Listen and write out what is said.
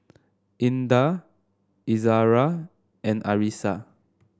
Indah Izara and Arissa